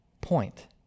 point